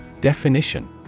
Definition